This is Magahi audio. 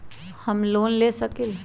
हम लोन ले सकील?